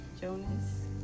Jonas